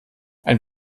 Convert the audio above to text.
ein